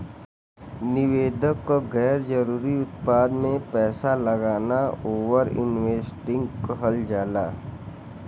निवेशक क गैर जरुरी उत्पाद में पैसा लगाना ओवर इन्वेस्टिंग कहल जाला